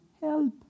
help